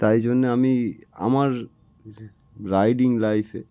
তাই জন্যে আমি আমার রাইডিং লাইসেন্স